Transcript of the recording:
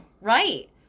Right